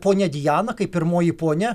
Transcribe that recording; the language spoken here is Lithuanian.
ponia diana kaip pirmoji ponia